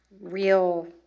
real